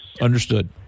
Understood